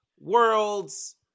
Worlds